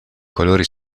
colori